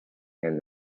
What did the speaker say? and